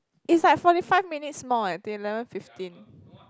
it's like forty five minutes more eh to eleven fifteen